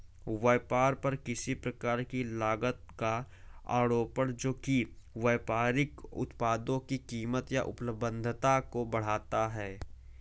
व्यापार पर किसी प्रकार की लागत का आरोपण जो कि व्यापारिक उत्पादों की कीमत या उपलब्धता को बढ़ाता है